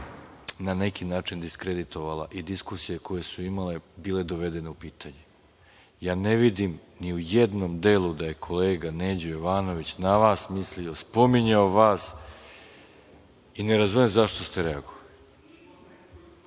na neki način diskreditovala i diskusije koje su imale bile dovedene u pitanje. Ja ne vidim ni u jednom delu da je kolega Neđo Jovanović na vas mislio, spominjao vas i ne razumem zašto ste reagovali.